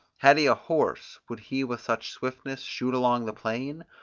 had he a horse, would he with such swiftness shoot along the plain?